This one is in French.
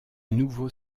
nouveau